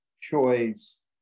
choice